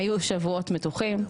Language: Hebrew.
היו שבועות מתוחים,